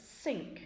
sink